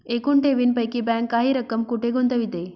एकूण ठेवींपैकी बँक काही रक्कम कुठे गुंतविते?